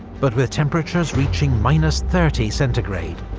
but with temperatures reaching minus thirty centigrade,